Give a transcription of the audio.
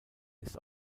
ist